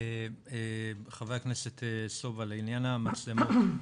ח"כ סובה לעניין המצלמות,